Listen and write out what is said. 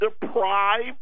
deprived